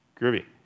Groovy